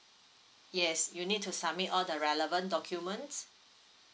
yes you need to submit all the relevant documents